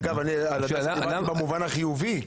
אגב, על הדסה במובן החיובי.